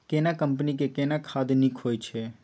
केना कंपनी के केना खाद नीक होय छै?